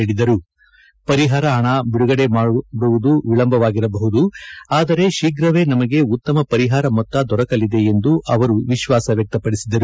ಅಲ್ಲದೆ ಪರಿಹಾರ ಹಣ ಬಿಡುಗಡೆ ವಿಳಂಬವಾಗಿರಬಹುದು ಆದರೆ ಶೀಫ್ರವೇ ನಮಗೆ ಉತ್ತಮ ಪರಿಹಾರ ಮೊತ್ತ ದೊರಕಲಿದೆ ಎಂದು ಅವರು ವಿಶ್ವಾಸ ವ್ಯಕ್ತಪಡಿಸಿದರು